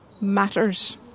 matters